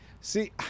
see